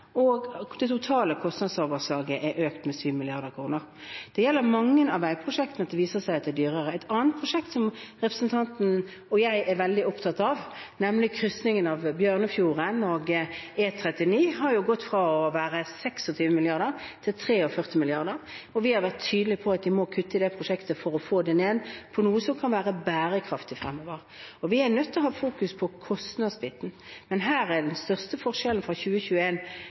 Det totale kostnadsoverslaget har økt med 7 mrd. kr. Det gjelder mange av veiprosjektene at det viser seg at de blir dyrere. Et annet prosjekt som representanten og jeg er veldig opptatt av, nemlig krysningen av Bjørnefjorden og E39, har gått fra å være 26 mrd. kr til 43 mrd. kr, og vi har vært tydelige på at vi må kutte i det prosjektet for å få det ned til noe som kan være bærekraftig fremover. Vi er nødt til å ha fokus på kostnadsbiten, men den største forskjellen fra